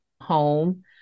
home